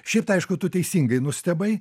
šiaip tai aišku tu teisingai nustebai